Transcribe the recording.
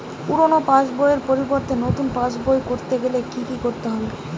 পুরানো পাশবইয়ের পরিবর্তে নতুন পাশবই ক রতে গেলে কি কি করতে হবে?